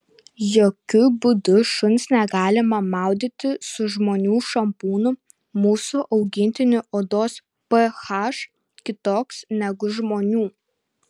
jokiu būdu šuns negalima maudyti su žmonių šampūnu mūsų augintinių odos ph kitoks negu žmonių